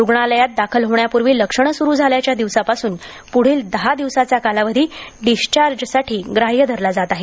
रूग्णालयात दाखल होण्यापूर्वी लक्षणं सुरू झाल्याच्या दिवसापासून प्ढील दहा दिवसाचा कालावधी डिस्चार्जसाठी ग्राहय धरला जात आहे